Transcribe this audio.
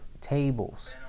tables